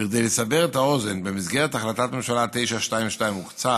בכדי לסבר את האוזן, במסגרת החלטת ממשלה 922 הוקצה